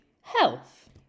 health